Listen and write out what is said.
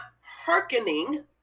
hearkening